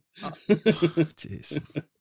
Jeez